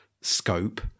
scope